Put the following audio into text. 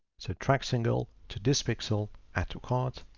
so track single to this pixel add to cart.